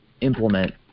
implement